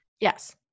Yes